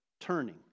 turning